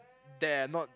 there not